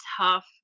tough